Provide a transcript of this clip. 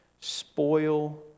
spoil